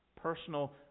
personal